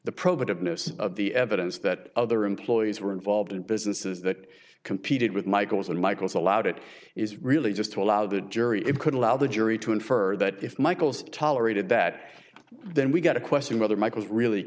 most of the evidence that other employees were involved in businesses that competed with michael and michael's allowed it is really just to allow the jury it could allow the jury to infer that if michael's tolerated that then we got to question whether michael's really